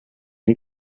den